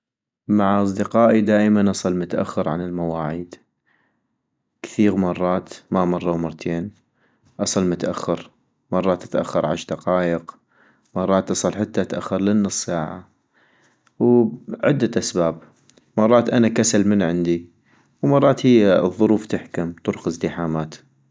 مع اصدقائي دائما أصل متأخر عن المواعين ، كثيغ مرات ما مرة ومرتين أصل متأخر ، مرات اتأخر عش دقايق مرات أصل حتى اتأخر للنص ساعة ، ولعدة اسباب ، مرات أنا كسل من عندي ومرات هي الظروف تحكم ، الطرق ازدحامات